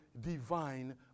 divine